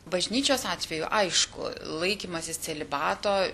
bažnyčios atveju aišku laikymasis celibato